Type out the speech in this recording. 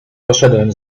poszedłem